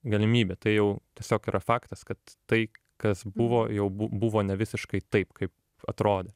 galimybė tai jau tiesiog yra faktas kad tai kas buvo jau bu buvo ne visiškai taip kaip atrodė